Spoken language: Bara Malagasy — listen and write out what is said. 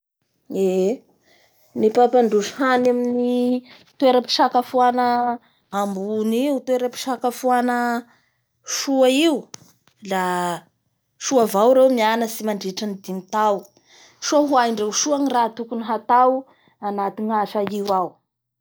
Eee! Ny mamampandroso hany amin'ny toerampisakafoana ambony io, toerampisakafoanasoa io a la soa avao reo nianatsy nandritry ny dimy tao soa hoahaindreo soa ny raha tokony hatao anatin'ny asa io ao.